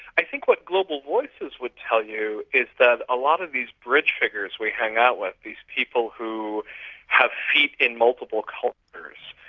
i think what global voices would tell you is that a lot of these bridge figures we hang out with, these people who have feet in multiple cultures,